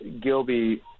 Gilby